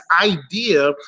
idea